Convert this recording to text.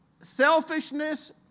Selfishness